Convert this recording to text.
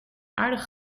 aardig